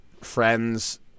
Friends